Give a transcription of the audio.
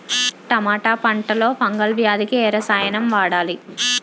టమాటా పంట లో ఫంగల్ వ్యాధికి ఏ రసాయనం వాడాలి?